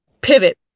pivot